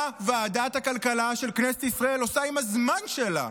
מה ועדת הכלכלה עושה עם הזמן שלה?